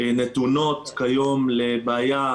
נתונות כיום לבעיה,